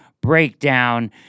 Breakdown